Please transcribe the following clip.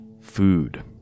food